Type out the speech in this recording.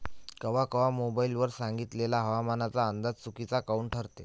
कवा कवा मोबाईल वर सांगितलेला हवामानाचा अंदाज चुकीचा काऊन ठरते?